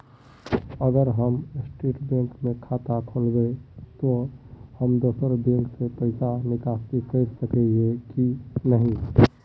अगर हम state bank में खाता खोलबे तो हम दोसर बैंक से पैसा निकासी कर सके ही की नहीं?